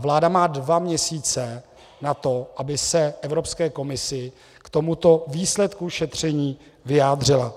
Vláda má dva měsíce na to, aby se Evropské komisi k tomuto výsledku šetření vyjádřila.